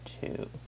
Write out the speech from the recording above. two